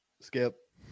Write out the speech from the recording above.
Skip